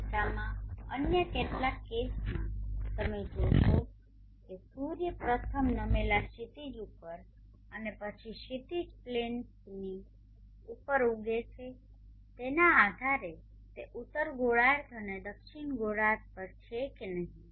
કિસ્સામાં અન્ય કેટલાક કેસોમાં તમે જોશો કે સૂર્ય પ્રથમ નમેલા ક્ષિતિજ ઉપર અને પછી ક્ષિતિજ પ્લેનથી ઉપર ઉગે છે તેના આધારે તે ઉત્તર ગોળાર્ધ અને દક્ષિણ ગોળાર્ધ પર છે કે નહીં